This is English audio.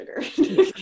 sugar